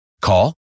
Call